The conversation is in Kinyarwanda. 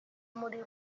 muri